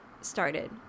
started